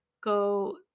go